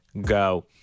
go